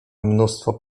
mnóstwo